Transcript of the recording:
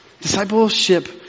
Discipleship